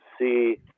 see